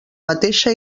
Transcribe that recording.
mateixa